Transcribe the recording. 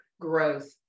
growth